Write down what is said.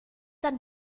dann